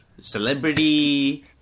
celebrity